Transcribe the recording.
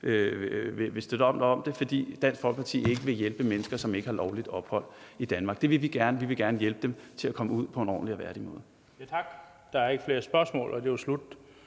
vil støtte op om det, fordi Dansk Folkeparti ikke vil hjælpe mennesker, som ikke har lovligt ophold i Danmark. Det vil vi gerne. Vi vil gerne hjælpe dem til at komme ud på en ordentlig og værdig måde. Kl. 13:01 Den fg. formand (Bent Bøgsted): Tak.